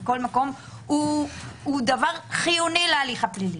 בכל מקום - הוא חיוני להליך הפלילי.